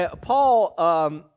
Paul